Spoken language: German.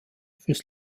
fürs